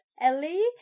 Ellie